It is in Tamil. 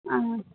ஆ